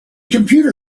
computer